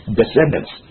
descendants